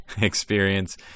experience